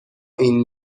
این